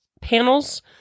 panels